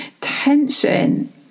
tension